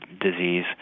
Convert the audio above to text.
disease